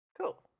Cool